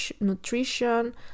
nutrition